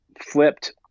flipped